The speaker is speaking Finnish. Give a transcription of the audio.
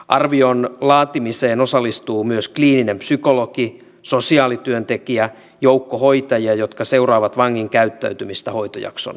arvion laatimiseen osallistuu myös kliininen psykologi sosiaalityöntekijä joukko hoitajia jotka seuraavat vangin käyttäytymistä hoitojakson aikana